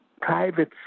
private